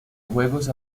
juegos